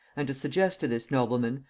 and to suggest to this nobleman,